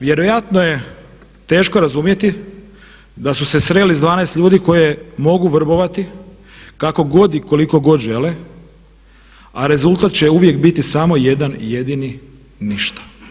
Vjerojatno je teško razumjeti da su se sreli s 12 ljudi koje mogu vrbovati kako god i koliko god žele, a rezultat će uvijek biti samo jedan i jedini ništa.